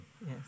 Yes